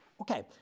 Okay